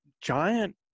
giant